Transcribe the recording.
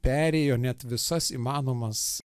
perėjo net visas įmanomas